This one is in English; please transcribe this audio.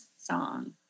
song